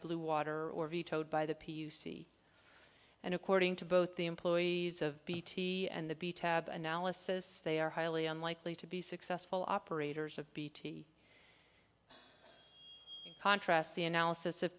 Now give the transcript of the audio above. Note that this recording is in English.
bluewater or vetoed by the p u c and according to both the employees of bt and the b tab analysis they are highly unlikely to be successful operators of bt contrasts the analysis of